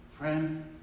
friend